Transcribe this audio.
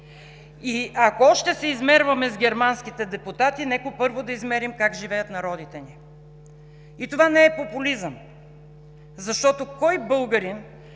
И ако ще се измерваме с германските депутати, нека първо да измерим как живеят народите ни. И това не е популизъм, защото кой българин,